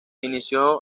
inició